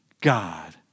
God